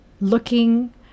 looking